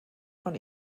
von